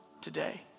today